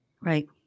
right